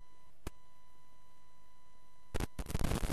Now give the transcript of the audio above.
חוק ומשפט.